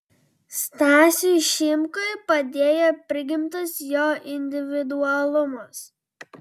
stasiui šimkui padėjo prigimtas jo individualumas